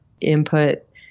input